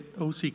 OC